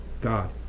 God